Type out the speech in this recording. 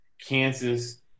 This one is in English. Kansas